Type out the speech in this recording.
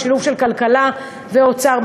השילוב של כלכלה ואוצר,